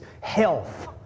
health